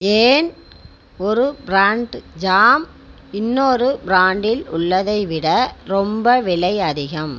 ஏன் ஒரு brand jam இன்னொரு பிராண்டில் உள்ளதை விட ரொம்ப விலை அதிகம்